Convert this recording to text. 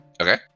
Okay